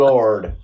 Lord